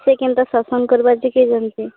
ସେ କେନ୍ତା ଶାସନ୍ କରିବା ଶେଖଇଛନ୍ତି